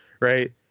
right